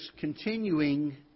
continuing